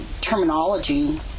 terminology